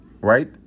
Right